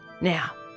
Now